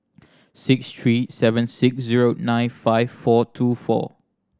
six three seven six zero nine five four two four